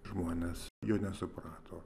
žmonės jo nesuprato